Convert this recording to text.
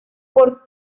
por